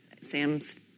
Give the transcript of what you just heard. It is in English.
Sam's